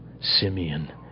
Simeon